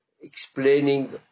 explaining